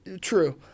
true